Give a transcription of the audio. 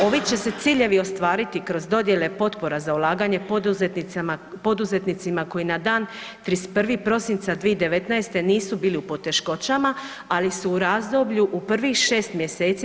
Ovi će se ciljevi ostvariti kroz dodjele potpora za ulaganje poduzetnicima koji na dan 31. prosinca 2019. nisu bili u poteškoćama ali su u razdoblju u prvih 6 mj.